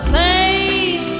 pain